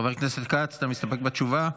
חבר הכנסת כץ, אתה מסתפק בתשובה?